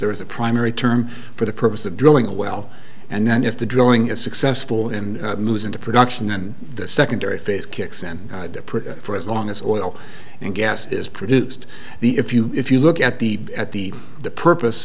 there is a primary term for the purpose of drilling a well and then if the drawing is successful in moves into production and the secondary phase kicks in for as long as oil and gas is produced the if you if you look at the at the purpose